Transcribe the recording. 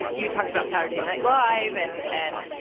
you talked about saturday night live and, and